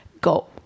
go